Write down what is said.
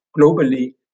globally